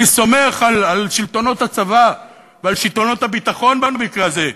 אני סומך על שלטונות הצבא ועל שלטונות הביטחון במקרה הזה.